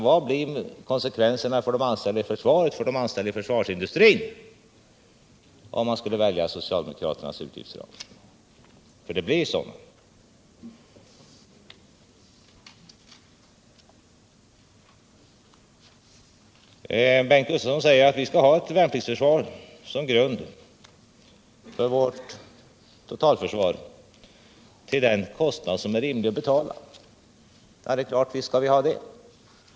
Vilka blir konsekvenserna för de anställda inom försvaret och inom försvarsindustrin om man skulle välja socialdemokraternas utgiftsram? — Konsekvenser blir det ju. Bengt Gustavsson säger att vi skall ha ett värnpliktsförsvar som grund för vårt totalförsvar till den kostnad som man rimligen kan bära. Ja, det är klart att vi skall ha det.